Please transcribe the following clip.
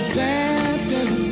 dancing